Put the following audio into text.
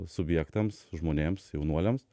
subjektams žmonėms jaunuoliams